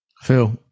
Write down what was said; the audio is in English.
Phil